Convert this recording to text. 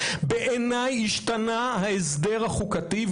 שבעיניי השתנה ההסדר החוקתי,